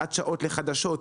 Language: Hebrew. קביעת שעות לחדשות,